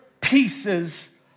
pieces